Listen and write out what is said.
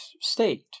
state